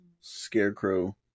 Scarecrow